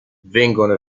vengono